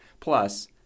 Plus